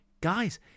guys